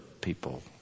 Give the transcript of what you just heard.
people